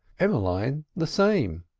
emmeline the same.